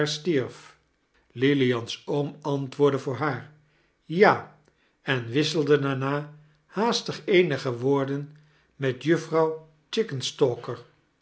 lilian's oom antwoordde voor haar ja en wisselde daama haastig eenige woorden met juffrouw